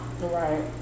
Right